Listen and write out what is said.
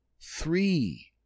three